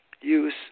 use